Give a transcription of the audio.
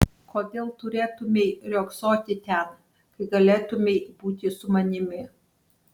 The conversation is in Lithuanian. kodėl turėtumei riogsoti ten kai galėtumei būti su manimi